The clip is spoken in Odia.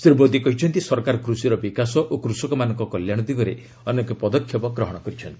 ଶ୍ରୀ ମୋଦୀ କହିଛନ୍ତି ସରକାର କୃଷିର ବିକାଶ ଓ କୃଷକମାନଙ୍କ କଲ୍ୟାଣ ଦିଗରେ ଅନେକ ପଦକ୍ଷେପ ଗ୍ରହଣ କରିଛନ୍ତି